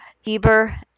Heber